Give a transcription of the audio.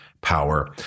power